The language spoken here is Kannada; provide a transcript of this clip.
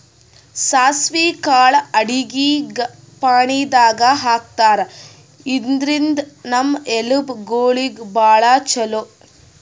ಸಾಸ್ವಿ ಕಾಳ್ ಅಡಗಿ ಫಾಣೆದಾಗ್ ಹಾಕ್ತಾರ್, ಇದ್ರಿಂದ್ ನಮ್ ಎಲಬ್ ಗೋಳಿಗ್ ಭಾಳ್ ಛಲೋ